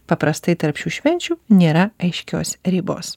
paprastai tarp šių švenčių nėra aiškios ribos